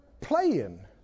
playing